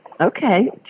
Okay